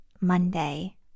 Monday